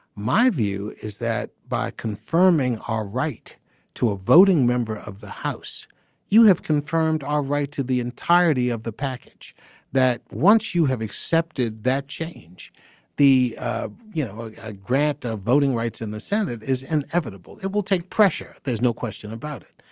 my view is that by confirming our right to a voting member of the house you have confirmed our right to the entirety of the package that once you have accepted that change the you know ah ah grant of voting rights in the senate is inevitable. it will take pressure. there's no question about it.